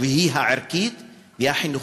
הערכית והחינוכית,